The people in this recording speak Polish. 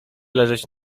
leżeć